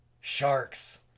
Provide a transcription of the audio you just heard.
sharks